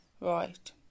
Right